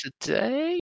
today